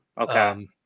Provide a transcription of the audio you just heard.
Okay